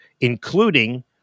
including